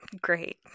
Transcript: Great